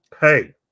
Hey